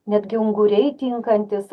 netgi unguriai tinkantys